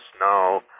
No